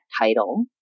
title